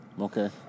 Okay